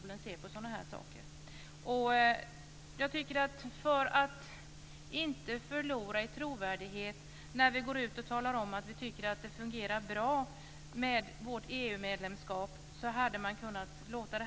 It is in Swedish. Fru talman!